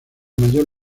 mayor